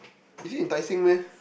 is it in Tai Seng meh